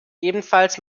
ebenfalls